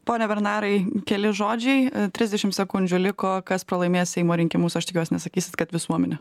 pone bernarai keli žodžiai trisdešim sekundžių liko kas pralaimės seimo rinkimus aš tikiuosi nesakysit kad visuomenė